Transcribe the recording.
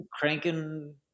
cranking